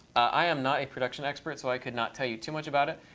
i am not a production expert so i could not tell you too much about it,